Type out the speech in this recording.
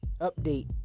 update